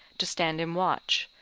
to stand in watch,